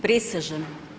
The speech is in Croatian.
Prisežem.